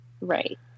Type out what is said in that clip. right